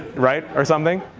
right? or something?